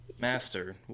Master